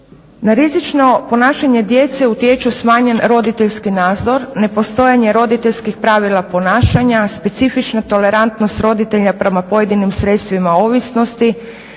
Na rizično ponašanje djece utječu smanjen roditeljski nadzor, nepostojanje roditeljskih pravila ponašanja, specifična tolerantnost roditelja prema pojedinim sredstvima ovisnosti